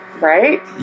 Right